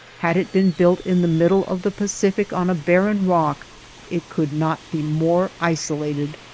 had it been built in the middle of the pacific on a barren rock it could not be more isolated,